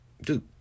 Dude